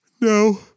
No